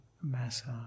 massage